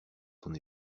son